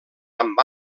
amb